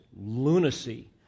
lunacy